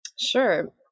Sure